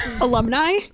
alumni